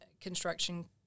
construction